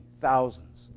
Thousands